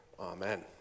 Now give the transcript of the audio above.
Amen